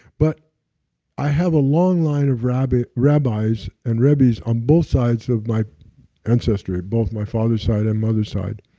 but i have a long line of rabbis rabbis and rebbes on both sides of my ancestry, both my father's side and mother's side.